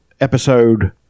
episode